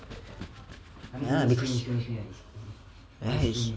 ya it's ya it's